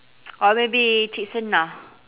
or maybe cik senah